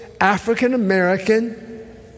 African-American